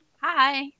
hi